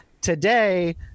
Today